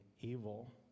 evil